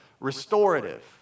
restorative